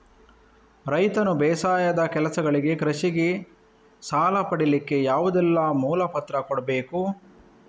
ರೈತನು ಬೇಸಾಯದ ಕೆಲಸಗಳಿಗೆ, ಕೃಷಿಗೆ ಸಾಲ ಪಡಿಲಿಕ್ಕೆ ಯಾವುದೆಲ್ಲ ಮೂಲ ಪತ್ರ ಕೊಡ್ಬೇಕು?